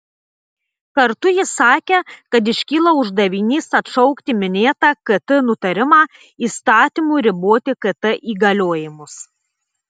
kartu jis sakė kad iškyla uždavinys atšaukti minėtą kt nutarimą įstatymu riboti kt įgaliojimus